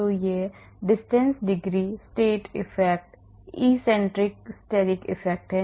तो यह distance degree state effect eccentricity steric effect है